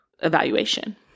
evaluation